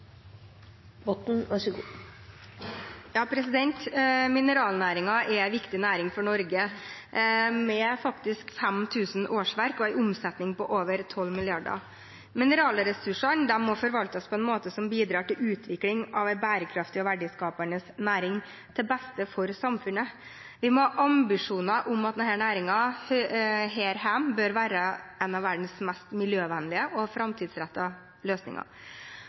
omsetning på over 12 mrd. kr. Mineralressursene må forvaltes på en måte som bidrar til utvikling av en bærekraftig og verdiskapende næring, til beste for samfunnet. Vi må ha ambisjoner om at denne næringen her hjemme bør ha en av verdens mest miljøvennlige og framtidsrettede løsninger.